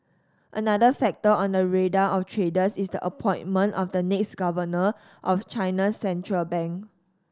another factor on the radar of traders is the appointment of the next governor of China central bank